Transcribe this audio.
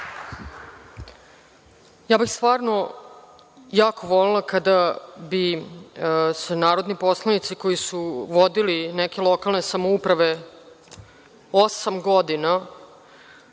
Ja bih stvarno jako volela kada bi se narodni poslanici koji su vodili neke lokalne samouprave osam godina,